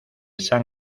san